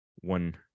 one